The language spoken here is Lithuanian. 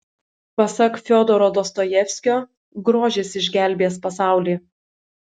pasak fiodoro dostojevskio grožis išgelbės pasaulį